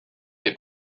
des